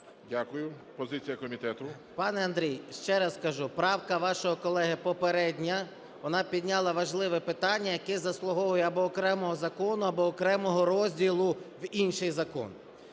СОЛЬСЬКИЙ М.Т. Пане Андрій, ще раз кажу, правка вашого колеги попередня, вона підняла важливе питання, яке заслуговує або окремого закону, або окремого розділу в інший закон.